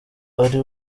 ari